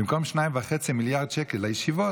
במקום 2.5 מיליארד שקל לישיבות,